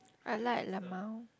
I like LMAO